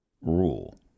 rule